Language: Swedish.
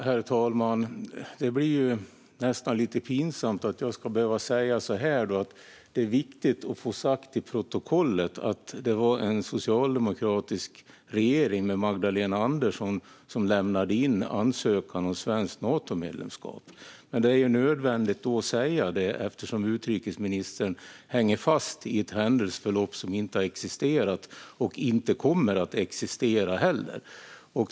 Herr talman! Det blir nästan lite pinsamt att jag ska behöva säga så här: Det är viktigt att få noterat i protokollet att det var en socialdemokratisk regering under Magdalena Andersson som lämnade in ansökan om svenskt Natomedlemskap. Dock är det nödvändigt att säga det eftersom utrikesministern hänger fast i ett händelseförlopp som inte har existerat och inte heller kommer att existera.